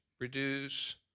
reduce